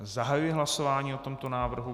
Zahajuji hlasování o tomto návrhu.